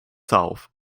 south